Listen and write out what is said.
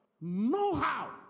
know-how